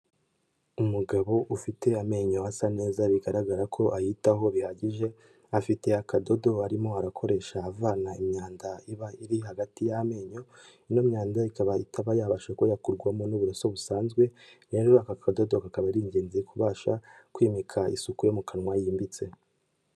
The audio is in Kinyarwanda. Umugabo ufite amenyo asa neza bigaragara ko ayitaho bihagije, afite akadodo arimo arakoresha avana imyanda iba iri hagati y'amenyo, ino myanda ikaba itaba yabasha kuba yakurwamo n'uburoso busanzwe rero aka kadodo kakaba ari ingenzi kubasha kwimika isuku yo mu kanwa yimbitse.